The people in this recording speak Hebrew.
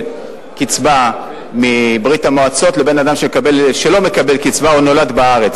קצבה מברית-המועצות לאדם שלא מקבל קצבה או נולד בארץ,